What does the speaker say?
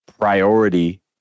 priority